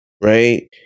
right